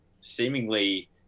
seemingly